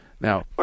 Now